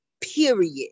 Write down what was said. period